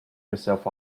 yourself